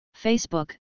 Facebook